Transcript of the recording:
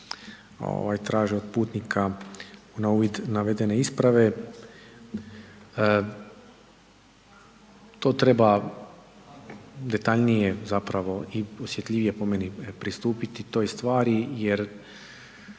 traže od putnika na uvid navedene isprave, to treba detaljnije i osjetljivije po meni pristupiti toj stvari jer